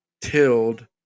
tilled